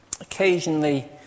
Occasionally